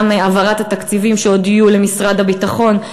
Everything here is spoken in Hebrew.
גם העברת התקציבים שעוד יהיו למשרד הביטחון.